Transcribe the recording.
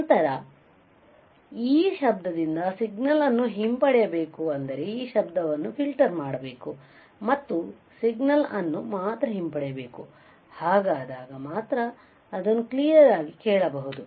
ನಂತರ ಈ ಶಬ್ದದಿಂದ ಸಿಗ್ನಲ್ ಅನ್ನು ಹಿಂಪಡೆಯಬೇಕು ಅಂದರೆ ಈ ಶಬ್ದವನ್ನು ಫಿಲ್ಟರ್ ಮಾಡಬೇಕು ಮತ್ತು ಸಿಗ್ನಲ್ ಅನ್ನು ಮಾತ್ರ ಹಿಂಪಡೆಯಬೇಕು ಹಾಗಾದಾಗ ಮಾತ್ರ ಅದನ್ನು ಕ್ಲೀಯರ್ ಆಗಿ ಕೇಳಬಹುದು